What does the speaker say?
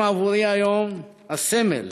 הם עבורי היום הסמל